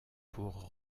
pour